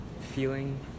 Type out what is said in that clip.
feeling